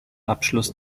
abschluss